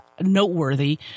noteworthy